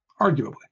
arguably